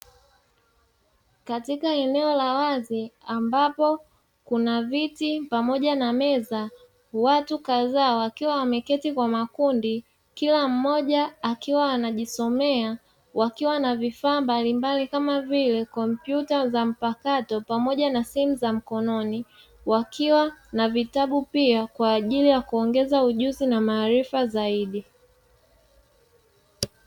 Katika eneo la wazi ambapo kuna viti pamoja na meza, watu kadhaa wameketi kwa makundi, kila mmoja akiwa anajisomea wakiwa na vifaa mbalimbali kama vile kompyuta za mpakato pamoja na simu za mkononi, wakiwa na vitabu pia kwa ajili ya kuongeza ujuzi na maarifa zaidi.